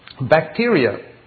Bacteria